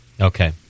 Okay